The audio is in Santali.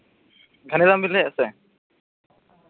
ᱫᱷᱚᱱᱤᱨᱟᱢ ᱵᱮᱱ ᱞᱟᱹᱭᱮᱫᱼᱟ ᱥᱮ